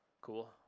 Cool